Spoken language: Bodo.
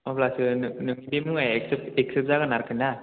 अब्लासो नो नोंनि बे मुवाया एक्सेप्त एक्सेप्त जागोन आरोखि ना